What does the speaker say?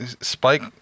Spike